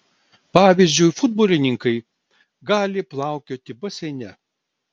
pavyzdžiui futbolininkai gali plaukioti baseine